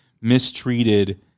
Mistreated